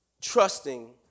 trusting